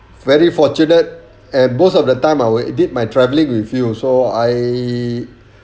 very fortunate and most of the time I will did my traveling with you so I